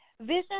Vision